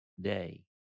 day